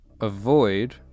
avoid